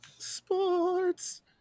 Sports